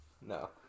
No